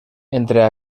entre